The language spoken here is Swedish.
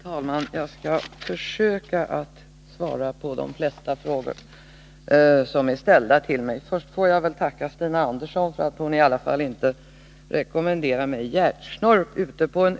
Herr talman! Jag skall försöka att svara på de flesta frågor som ställts till mig. Först vill jag tacka Stina Andersson för att hon i alla fall inte rekommenderar mig hjärtsnörp ute på enö.